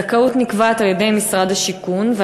הזכאות נקבעת על-ידי משרד השיכון,